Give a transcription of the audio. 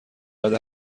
بعد